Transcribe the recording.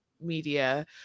media